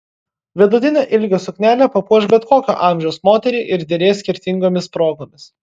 vidutinio ilgio suknelė papuoš bet kokio amžiaus moterį ir derės skirtingomis progomis